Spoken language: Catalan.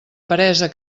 peresa